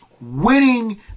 winning